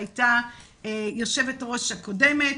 שהייתה יושבת-הראש הקודמת.